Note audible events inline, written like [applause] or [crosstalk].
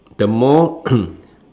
the more [coughs]